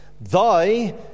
Thy